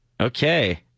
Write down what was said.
Okay